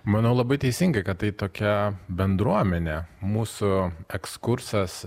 manau labai teisingai kad tai tokia bendruomenė mūsų ekskursas